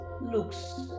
looks